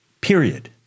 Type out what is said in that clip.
period